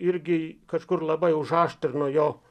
irgi kažkur labai užaštrino jo